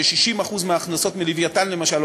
ש-60% מההכנסות מ"לווייתן" למשל,